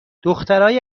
دخترای